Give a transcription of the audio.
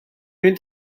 fynd